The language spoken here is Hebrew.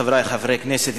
חברי חברי הכנסת,